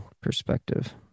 perspective